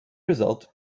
result